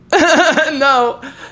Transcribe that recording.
no